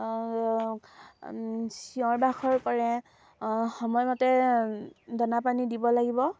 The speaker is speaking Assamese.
চিঞৰ বাখৰ কৰে সময়মতে দানা পানী দিব লাগিব